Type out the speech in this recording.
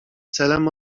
celem